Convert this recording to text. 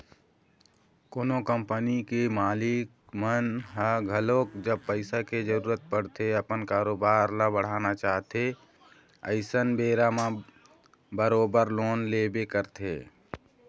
कोनो कंपनी के मालिक मन ह घलोक जब पइसा के जरुरत पड़थे अपन कारोबार ल बढ़ाना चाहथे अइसन बेरा म बरोबर लोन लेबे करथे